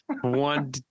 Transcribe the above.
one